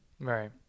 Right